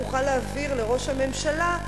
תוכל להעביר לראש הממשלה,